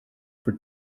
for